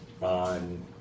on